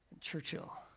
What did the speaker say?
Churchill